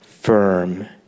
firm